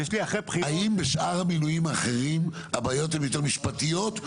האם בשאר המינויים האחרים הבעיות הן יותר משפטיות?